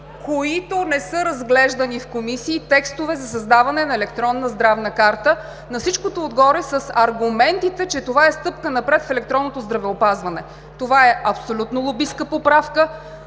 които не са разглеждани в комисии – текстове за създаване на електронна здравна карта, на всичкото отгоре с аргументите, че това е стъпка напред в електронното здравеопазване. Това е абсолютно лобистка поправка